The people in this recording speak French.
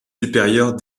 supérieures